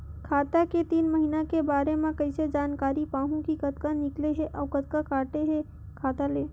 खाता के तीन महिना के बारे मा कइसे जानकारी पाहूं कि कतका निकले हे अउ कतका काटे हे खाता ले?